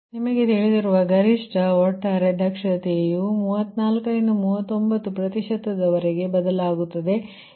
ನಿಮಗೆ ತಿಳಿದಿರುವ ಗರಿಷ್ಠ ಒಟ್ಟಾರೆ ದಕ್ಷತೆಯು 34 ರಿಂದ 39 ಪ್ರತಿಶತದವರೆಗೆ ಬದಲಾಗುತ್ತದೆ